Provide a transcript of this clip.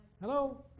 Hello